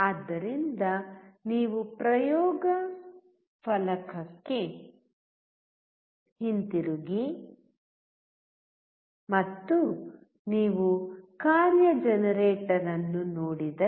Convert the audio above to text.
ಆದ್ದರಿಂದ ನೀವು ಪ್ರಯೋಗ ಫಲಕಕ್ಕೆ ಹಿಂತಿರುಗಿ ಮತ್ತು ನೀವು ಕಾರ್ಯ ಜನರೇಟರ್ ಅನ್ನು ನೋಡಿದರೆ